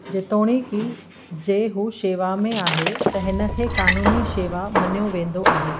जेतोणीकि जे हू सेवा में आहे त हिन खे क़ानूनी सेवा मञियो वेंदो आहे